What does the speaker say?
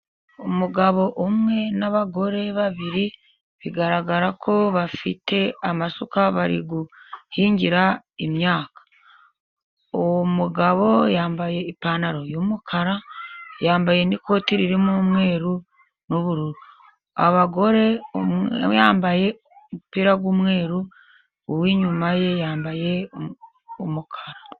Umugabo umwe n'abagore babiri bigaragara ko bafite amasuka bari guhingira imyaka, uwo mugabo yambaye ipantaro y'umukara, yambaye n'ikoti ririmo umweru n'ubururu. Abagore umwe yambaye umupira w'umweru uwinyuma ye yambaye umukara.